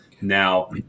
Now